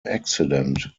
accident